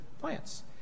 plants